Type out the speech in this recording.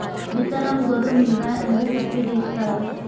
విత్తనం గొర్రు మీద ఎంత సబ్సిడీ ఇస్తారు?